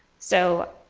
so